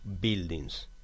buildings